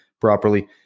properly